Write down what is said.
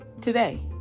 Today